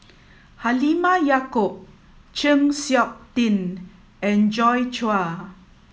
Halimah Yacob Chng Seok Tin and Joi Chua